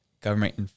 government